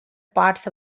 parts